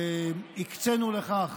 הקצינו לכך